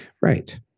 Right